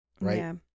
Right